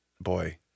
Boy